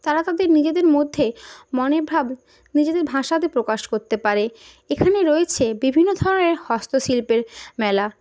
তারা তাদের নিজেদের মধ্যে মনের ভাব নিজেদের ভাষাতে প্রকাশ করতে পারে এখানে রয়েছে বিভিন্ন ধরনের হস্তশিল্পের মেলা